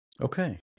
Okay